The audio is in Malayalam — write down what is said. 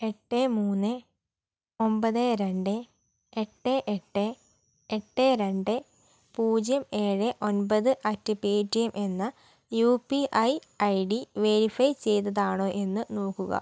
എട്ട് മൂന്ന് ഒമ്പത് രണ്ട് എട്ട് എട്ട് എട്ട് രണ്ട് പൂജ്യം ഏഴ് ഒൻപത് അറ്റ് പേറ്റിഎം എന്ന U P I ID verify ചെയ്തതാണോ എന്ന് നോക്കുക